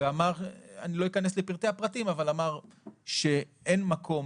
אני לא אכנס לפרטים אבל הוא אמר שאין מקום